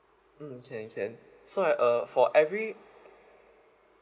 mm can can so like uh for every